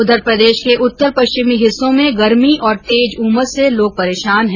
उंधर प्रदेश के उत्तर पश्चिमी हिस्सों में गर्मी और तेज उमस से लोग परेशान हैं